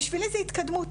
בשבילי זה התקדמות.